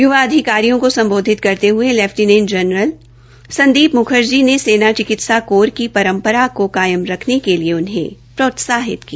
यवा अधिकारियों को सम्बोधित करते हये लेफ्निंट जनरल संदीप मुखर्जी ने सेना चिकित्सा कोर की परम्परा को कायम रखने के लिए उन्हें प्रोत्साहित किया